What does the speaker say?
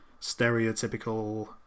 stereotypical